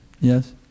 Yes